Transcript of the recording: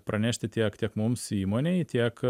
pranešti tiek tiek mums įmonei tiek